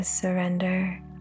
surrender